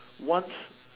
once